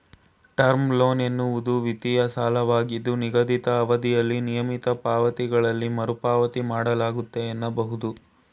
term loan ಎನ್ನುವುದು ವಿತ್ತೀಯ ಸಾಲವಾಗಿದ್ದು ನಿಗದಿತ ಅವಧಿಯಲ್ಲಿ ನಿಯಮಿತ ಪಾವತಿಗಳಲ್ಲಿ ಮರುಪಾವತಿ ಮಾಡಲಾಗುತ್ತೆ ಎನ್ನಬಹುದು